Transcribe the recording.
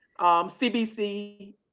cbc